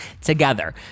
together